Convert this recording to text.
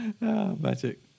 Magic